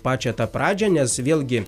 pačią tą pradžią nes vėlgi